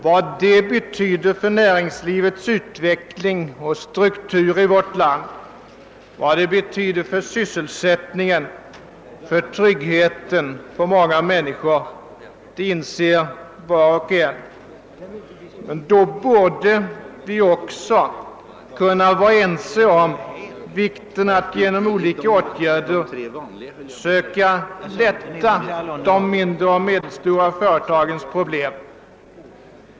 Vad den betyder för näringslivets utveckling och struktur i vårt land, vad den betyder för sysselsättningen och tryggheten för många människor inser var och en. Då borde vi också kunna vara överens om vikten av att genom olika åtgärder försöka minska de mindre och medelstora företagens problem.